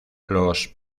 los